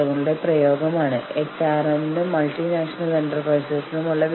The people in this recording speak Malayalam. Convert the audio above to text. ഞങ്ങളുടെ കുടുംബങ്ങൾക്ക് ഞങ്ങളുടെ കൂടെ തങ്ങാൻ നിങ്ങൾ ക്രമീകരണങ്ങൾ ചെയ്യണം